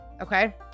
Okay